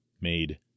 made